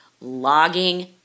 logging